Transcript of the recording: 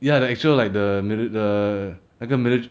ya the actual like the mili~ the 那个 milit~